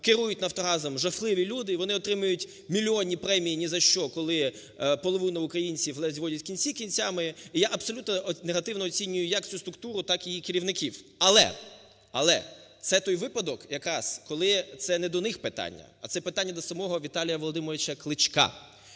керують "Нафтогазом" жахливі люди, і вони отримують мільйонні премії ні за що, коли половина українців ледь зводять кінці з кінцями. І я абсолютно негативно оцінюю як цю структуру, так і її керівників. Але, але це той випадок якраз, коли це не до них питання, а це питання до самого Віталія Володимировича Кличка,